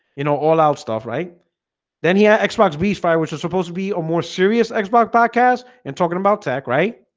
you know all-out stuff right then he had xbox b's fire which is supposed to be a more serious xbox podcast and talking about tech, right?